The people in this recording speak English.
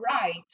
right